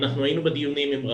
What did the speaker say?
כמטה